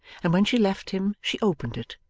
and when she left him, she opened it,